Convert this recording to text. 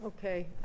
Okay